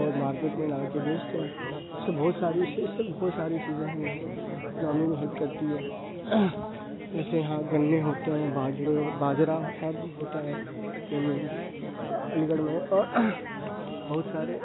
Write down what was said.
اور مارکیٹ میں لا کے بیچتے ہیں ایسے بہت ساری اس سے بہت ساری چیزیں ہیں جیسے اکنامی میں ہیلپ کرتی ہے جیسے یہاں گنے ہوتے ہیں باجرے باجرہ شاید ہوتا ہے علی گڑھ میں بہت سارے